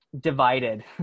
divided